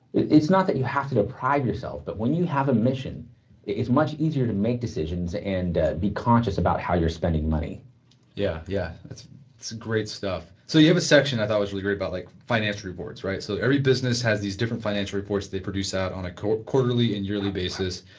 its not that you have to deprive yourself but when you have a mission it is much easier to make decisions and be conscious about how you are spending money yeah yeah, that's great stuff. so you have a section i thought was really about like finance reports rights. so every business has these different financial reports they produce out on a quarterly and yearly basis.